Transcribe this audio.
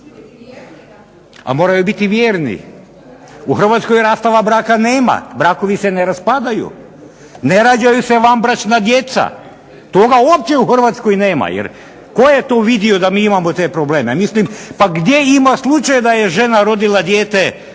Moraju biti vjerni, u Hrvatskoj rastava braka nema, brakovi se ne raspadaju, ne rađaju se vanbračna djeca, toga uopće u Hrvatskoj nema, tko je to vidio da mi imamo takve probleme. Pa gdje ima slučaj da žena rodila dijete